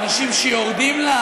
האנשים שיורדים,